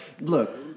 look